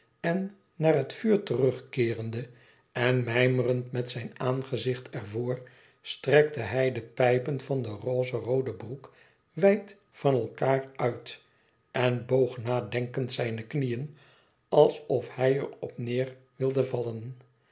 en naar het vuur terugkeerende en mijmerend met zijn aangezicht er voor strekte hij de pijpen van de rozeroode broek wijd van elkander uit en boog nadenkend zijne knieën alsof hij er op neer wilde vallen